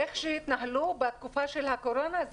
איך שהתנהלו בתקופה של הקורונה,